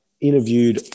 interviewed